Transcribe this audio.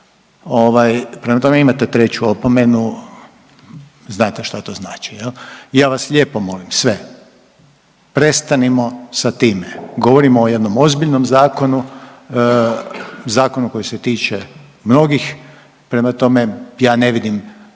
Prema tome, imate treću opomenu, znate šta to znači. Jel'? Ja vas lijepo molim sve prestanimo sa time. Govorimo o jednom ozbiljnom zakonu, zakonu koji se tiče mnogih. Prema tome, ja ne vidim